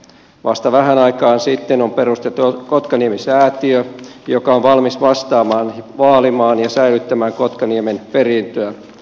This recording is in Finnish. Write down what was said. vasta vähän aikaa sitten on perustettu kotkaniemi säätiö joka on valmis vastaamaan vaalimaan ja säilyttämään kotkaniemen perintöä